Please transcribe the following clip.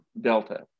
Delta